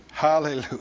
Hallelujah